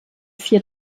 vier